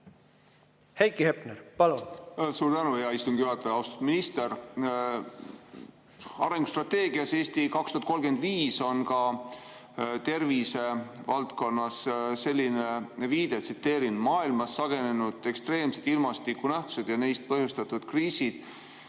Heiki Hepner, palun! Suur tänu, hea istungi juhataja. Austatud minister! Arengustrateegias "Eesti 2035" on ka tervisevaldkonnas selline viide, tsiteerin: "Maailmas sagenevad ekstreemsed ilmastikunähtused ja neist põhjustatud kriisid,